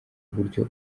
buryo